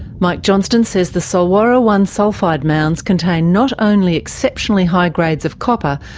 mike johnston says the solwara one sulphide mounds contain not only exceptionally high grades of copper,